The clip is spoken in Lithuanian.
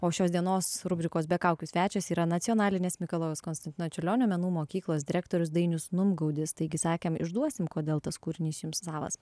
o šios dienos rubrikos be kaukių svečias yra nacionalinės mikalojaus konstantino čiurlionio menų mokyklos direktorius dainius numgaudis taigi sakėm išduosim kodėl tas kūrinys jums savas